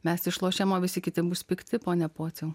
mes išlošėm o visi kiti bus pikti pone pociau